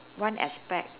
one aspect